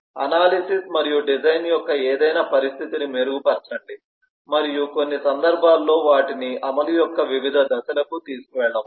analysis మరియు design యొక్క ఏదైనా పరిస్థితిని మెరుగుపరచండి మరియు కొన్ని సందర్భాల్లో వాటిని అమలు యొక్క వివిధ దశలకు తీసుకెళ్లవచ్చు